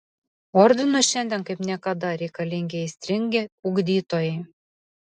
ordinui šiandien kaip niekada reikalingi aistringi ugdytojai